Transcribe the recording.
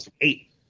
eight